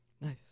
Nice